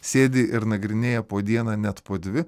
sėdi ir nagrinėja po dieną net po dvi